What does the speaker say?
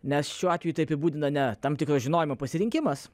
nes šiuo atveju tai apibūdina ne tam tikro žinojimo pasirinkimas